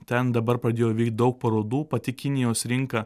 ten dabar pradėjo veikt daug parodų pati kinijos rinka